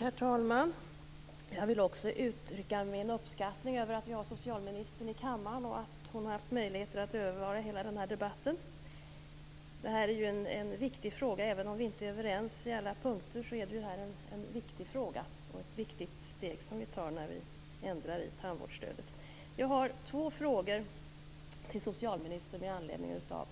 Herr talman! Jag vill också uttrycka min uppskattning över att vi har socialministern i kammaren och att hon har haft möjlighet att övervara hela den här debatten. Det här är ju en viktig fråga. Även om vi inte är överens på alla punkter är det en viktig fråga. Det är ett viktigt steg vi tar när vi ändrar i tandvårdsstödet. Jag har två frågor till socialministern med anledning av